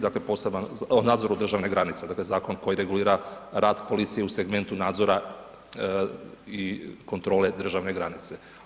Dakle, nadzoru državne granice, dakle zakon koji regulira rad policije u segmentu nadzora i kontrole državne granice.